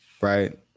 right